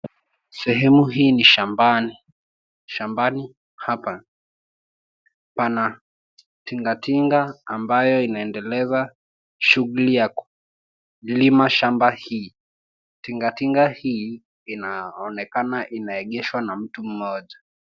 Sehemu hii ni shambani. Shambani hapa pana tingatinga ambayo inaendeleza shughuli ya kulima shamba hii. Tingatinga hii inaonekana inaegeshwa na mtu mmoja.